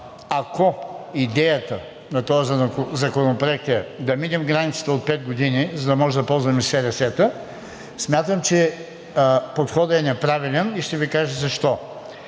ако идеята на този законопроект е да минем границата от пет години, за да можем да ползваме СРС-та, смятам, че подходът е неправилен, и ще Ви кажа защо.